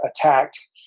attacked